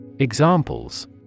Examples